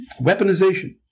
weaponization